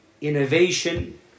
innovation